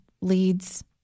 leads